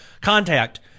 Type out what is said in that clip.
Contact